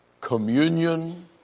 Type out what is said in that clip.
communion